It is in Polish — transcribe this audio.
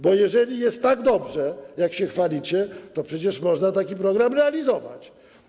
Bo jeżeli jest tak dobrze, jak się chwalicie, to przecież można taki program realizować.